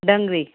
dungaree